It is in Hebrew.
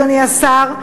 אדוני השר,